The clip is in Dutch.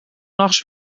nachts